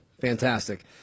Fantastic